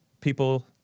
people-